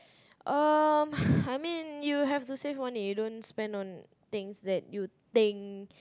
um I mean you have to save money you don't spend money on things that you think